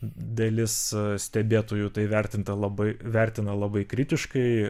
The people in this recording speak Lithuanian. dalis stebėtojų tai vertinta labai vertina labai kritiškai